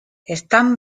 están